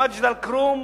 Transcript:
מג'ד-אל-כרום,